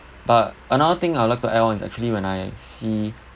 but another thing I'd like to add on is actually when I see